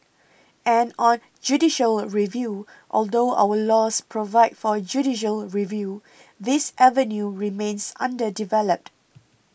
and on judicial review although our laws provide for judicial review this avenue remains underdeveloped